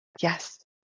Yes